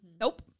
Nope